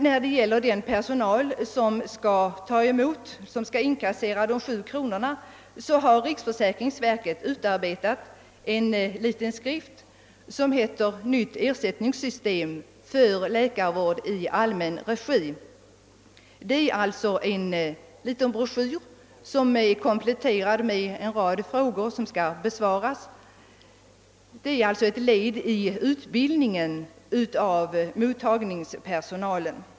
För den personal som skall ta emot den avgift patienten skall betala, 7 kronor, har riksförsäkringsverket utarbetat en liten skrift som heter »Nytt ersättningssystem för läkarvård i allmän regi«. Det är en liten broschyr, som också innehåller en rad frågor som skall besvaras. Den är ett led i utbildningen av mottagningspersonal.